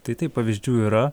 tai taip pavyzdžių yra